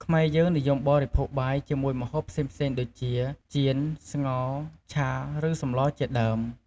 ខ្មែរយើងនិយមបរិភោគបាយជាមួយម្ហូបផ្សេងៗដូចជា ចៀន ស្ងោរ ឆា ឬ សម្លជាដើម។